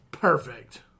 Perfect